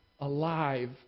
alive